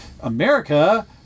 America